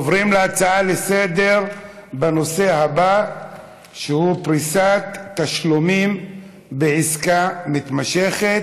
נעבור להצעה לסדר-היום בנושא: פריסת תשלומים בעסקה מתמשכת,